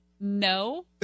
No